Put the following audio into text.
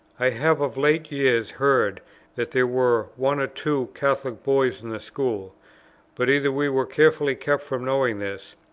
i have of late years heard that there were one or two catholic boys in the school but either we were carefully kept from knowing this,